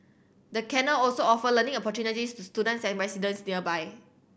the canal also offer learning opportunities to students and residents nearby